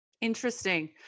Interesting